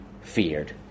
feared